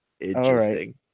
Interesting